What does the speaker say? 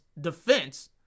defense